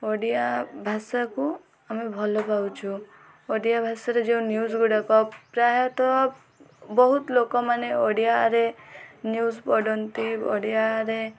ଓଡ଼ିଆ ଭାଷାକୁ ଆମେ ଭଲପାଉଛୁ ଓଡ଼ିଆ ଭାଷାରେ ଯେଉଁ ନ୍ୟୁଜ୍ ଗୁଡ଼ାକ ପ୍ରାୟତଃ ବହୁତ ଲୋକମାନେ ଓଡ଼ିଆରେ ନ୍ୟୁଜ୍ ପଢ଼ନ୍ତି ଓଡ଼ିଆରେ